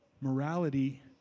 Morality